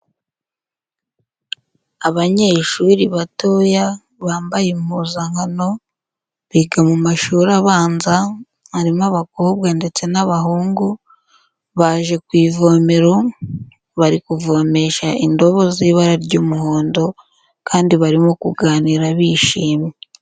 Abanyeshuri batoya bambaye impuzankano biga mu mashuri abanza, harimo abakobwa ndetse n'abahungu, baje ku ivomero bari kuvomesha indobo z'ibara ry'umuhondo kandi barimo kuganira bishimye.